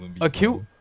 Acute